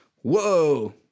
whoa